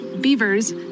beavers